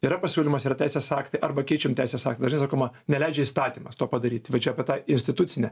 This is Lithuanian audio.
yra pasiūlymas yra teisės aktai arba keičiam teisės aktą dažnai sakoma neleidžia įstatymas to padaryti va čia apie tą institucinę